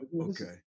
Okay